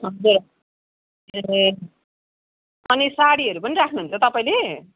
हजुर ए अनि साडीहरू पनि राख्नुहुन्छ तपाईँले